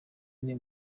ine